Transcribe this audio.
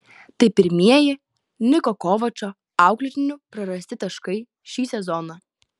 tai pirmieji niko kovačo auklėtinių prarasti taškai šį sezoną